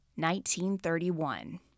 1931